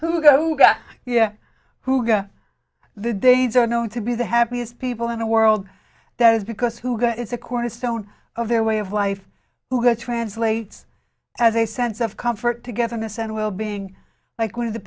go yeah who got the days are known to be the happiest people in the world that is because who go is a cornerstone of their way of life who have translates as a sense of comfort togetherness and well being like